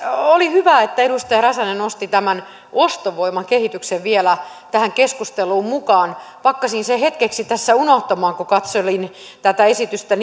oli hyvä että edustaja räsänen nosti tämän ostovoiman kehityksen vielä tähän keskusteluun mukaan pakkasin sen hetkeksi tässä unohtamaan kun katselin tätä esitystä